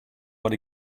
but